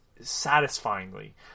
satisfyingly